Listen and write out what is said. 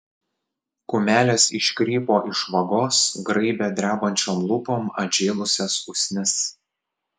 kumelės iškrypo iš vagos graibė drebančiom lūpom atžėlusias usnis